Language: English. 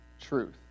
truth